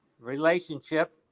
relationship